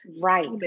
right